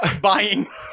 buying